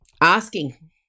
asking